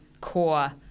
core